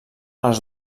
els